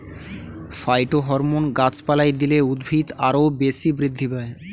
phytohormone গাছপালায় দিলে উদ্ভিদ আরও বেশি বৃদ্ধি পায়